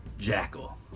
Jackal